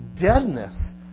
deadness